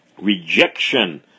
rejection